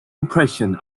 impressions